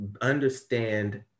understand